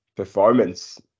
performance